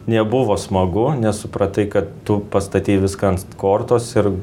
nebuvo smagu nes supratai kad tu pastatei viską ant kortos ir